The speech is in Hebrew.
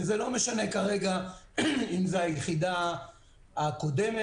וזה לא משנה כרגע אם זו היחידה הקודמת,